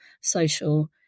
social